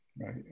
Right